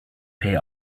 pay